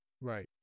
Right